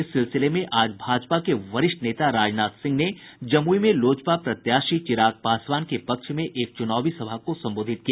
इस सिलसिले में आज भाजपा के वरिष्ठ नेता राजनाथ सिंह ने जमुई में लोजपा प्रत्यशी चिराग पासवान के पक्ष में एक चूनावी सभा को संबोधित किया